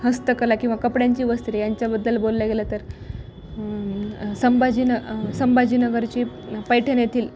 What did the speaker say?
हस्तकला किंवा कपड्यांची वस्त्रे यांच्याबद्दल बोललं गेलं तर संभाजीन संभाजीनगरची पैठण येथील